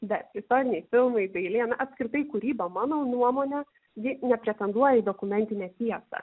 bet istoriniai filmai dailė na apskritai kūryba mano nuomone ji nepretenduoja į dokumentinę tiesą